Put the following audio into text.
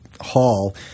hall